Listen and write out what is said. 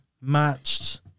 matched